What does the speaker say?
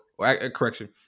correction